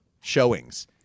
showings